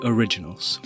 Originals